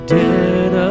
dead